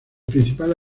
principal